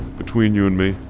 between you and me,